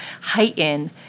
heighten